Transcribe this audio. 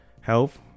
health